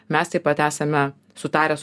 mes taip pat esame sutaręs